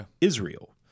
Israel